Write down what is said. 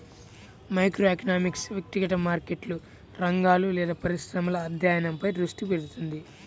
microeconomics వ్యక్తిగత మార్కెట్లు, రంగాలు లేదా పరిశ్రమల అధ్యయనంపై దృష్టి పెడుతుంది